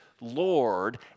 Lord